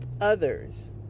others